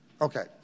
Okay